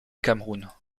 cameroun